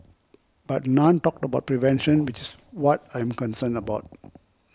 but none talked about prevention which is what I'm concerned about